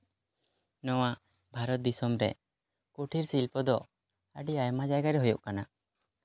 ᱱᱚᱣᱟ ᱵᱷᱟᱨᱚᱛ ᱫᱤᱥᱚᱢ ᱨᱮ ᱠᱩᱴᱤᱨ ᱥᱤᱞᱯᱚ ᱫᱚ ᱟᱹᱰᱤ ᱟᱭᱢᱟ ᱡᱟᱭᱜᱟᱨᱮ ᱦᱳᱭᱳᱜ ᱠᱟᱱᱟ